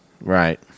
Right